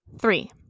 Three